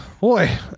Boy